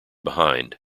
behind